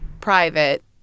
private